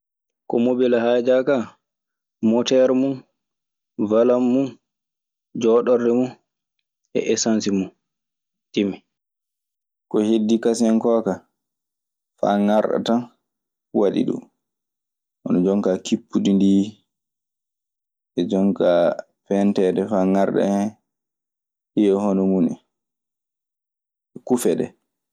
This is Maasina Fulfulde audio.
Ko mobel haaja kaa motermun, walan mun joondorde mun e esancsi mun timmi. Ko heddii kasenko ka, faa ŋarɗa tan waɗi ɗun. Hon jonkaa kippudi ndii e jonkaa peenteede faa ŋarɗa en. Ɗii e hono muuɗun. Kufe ɗee.